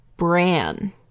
Bran